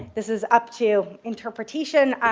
this is up to interpretation.